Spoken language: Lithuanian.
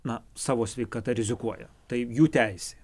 na savo sveikata rizikuoja tai jų teisė